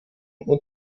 und